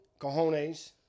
cojones